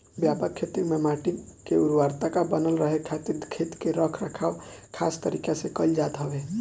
व्यापक खेती में माटी के उर्वरकता बनल रहे खातिर खेत के रख रखाव खास तरीका से कईल जात हवे